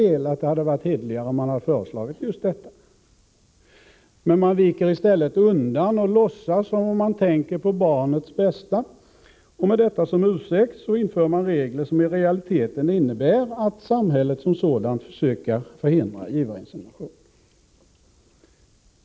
Det hade varit hederligare om man föreslagit just detta, men man viker undan och låtsas som om man tänker på barnets bästa, och med detta som ursäkt inför man regler som i realiteten innebär att samhället som sådant försöker förhindra givarinsemination.